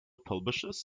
publishes